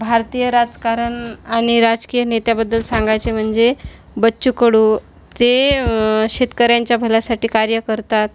भारतीय राजकारण आणि राजकीय नेत्याबद्दल सांगायचे म्हणजे बच्चू कडू जे शेतकऱ्यांच्या भल्यासाठी कार्य करतात